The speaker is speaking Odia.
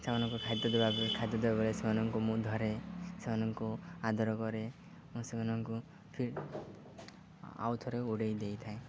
ସେମାନଙ୍କୁ ଖାଦ୍ୟ ଦେବା ଖାଦ୍ୟ ଦେବାବେଳେ ସେମାନଙ୍କୁ ମୁଁ ଧରେ ସେମାନଙ୍କୁ ଆଦର କରେ ମୁଁ ସେମାନଙ୍କୁ ଫିର୍ ଆଉ ଥରେ ଉଡ଼େଇ ଦେଇଥାଏ